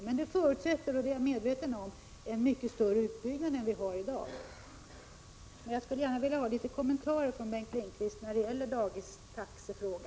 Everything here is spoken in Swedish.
Jag är medveten om att det förutsätter en mycket större utbyggnad än i dag. Jag skulle vilja ha några kommentarer från Bengt Lindqvist när det gäller dagistaxorna.